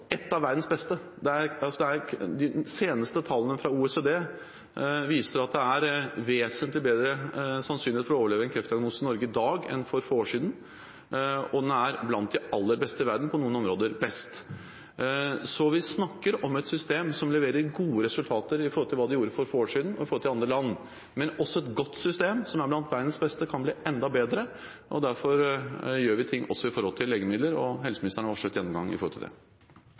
beste i verden – på noen områder best. De seneste tallene fra OECD viser at det er vesentlig større sannsynlighet for å overleve en kreftdiagnose i Norge i dag enn for få år siden. Så vi snakker om et system som leverer gode resultater i forhold til hva de gjorde for få år siden, og i forhold til andre land. Men også et godt system som er blant verdens beste, kan bli enda bedre. Derfor gjør vi noe når det gjelder legemidler, og helseministeren har varslet gjennomgang av det. Laila Dåvøy – til oppfølgingsspørsmål. I kreftomsorgen i Norge er det